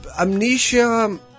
Amnesia